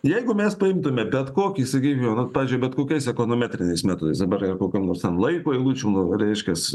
jeigu mes paimtume bet kokį sakykime pavyzdžiui bet kokiais ekonometriniais metodais dabar kokio nors ten laiko eilučių reiškas